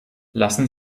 lassen